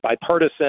bipartisan